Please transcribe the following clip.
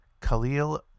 Khalil